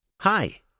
Hi